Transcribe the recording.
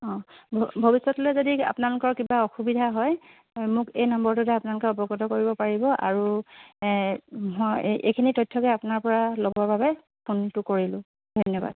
অঁ ভৱিষ্যতলৈ যদি আপোনালোকৰ কিবা অসুবিধা হয় মোক এই নম্বৰটোতে আপোনালোকে অৱগত কৰিব পাৰিব আৰু মই এইখিনি তথ্যকে আপোনাৰ পৰা ল'বৰ বাবে ফোনটো কৰিলো ধন্যবাদ